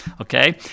okay